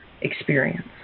experience